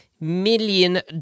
million